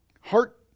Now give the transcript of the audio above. heart